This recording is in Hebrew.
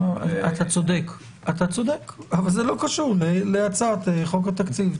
אתה צודק אבל זה לא קשור להצעת חוק התקציב.